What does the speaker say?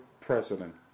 president